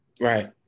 Right